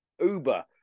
uber